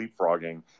leapfrogging